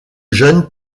jeunes